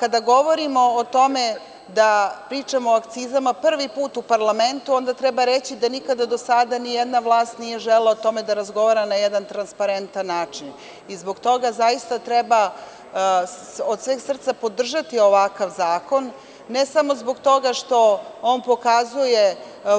Kada govorimo o tome da pričamo o akcizama prvi put u parlamentu, onda treba reći da nikada do sada nijedna vlast nije želela o tome da razgovara na jedan transparentan način i zbog toga treba od sveg srca podržati ovakav zakon, ne samo zbog toga što on pokazuje